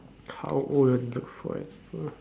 how old you want to look for it